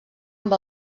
amb